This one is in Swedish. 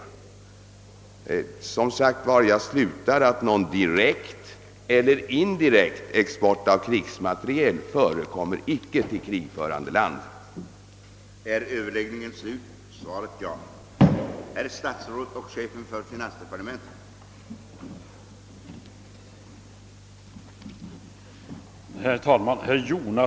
Jag vill sluta med att upprepa att någon direkt eller indirekt export av krigsmateriel till krigförande land icke förekommer.